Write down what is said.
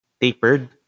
tapered